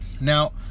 Now